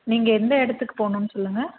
நீங்கள் எந்த இடத்துக்குப் போகனுன்னு சொல்லுங்கள்